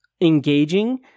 engaging